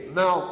now